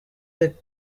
reka